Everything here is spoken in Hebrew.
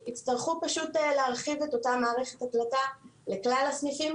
יצטרכו פשוט להרחיב את אותה מערכת הקלטה לכלל הסניפים.